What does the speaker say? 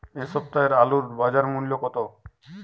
এ সপ্তাহের আলুর বাজার মূল্য কত?